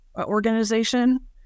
organization